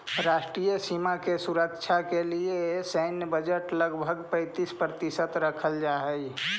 राष्ट्रीय सीमा के सुरक्षा के लिए सैन्य बजट लगभग पैंतीस प्रतिशत तक रखल जा हई